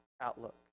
outlook